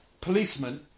policeman